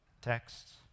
texts